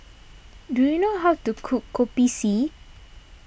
do you know how to cook Kopi C